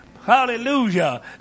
Hallelujah